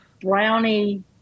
brownie